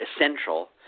essential